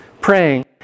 praying